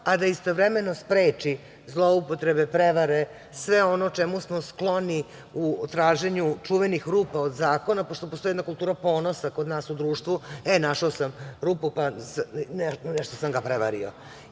a da istovremeno spreči zloupotrebe, prevare, sve ono čemu smo skloni u traženju čuvenih rupa u zakonu, pošto postoji jedna kultura ponosa kod nas u društvu – e, našao sam rupu, pa nešto sam ga prevario,